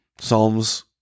Psalms